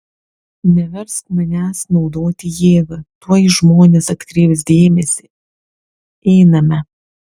neversk manęs naudoti jėgą tuoj žmonės atkreips dėmesį einame